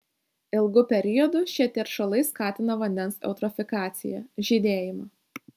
ilgu periodu šie teršalai skatina vandens eutrofikaciją žydėjimą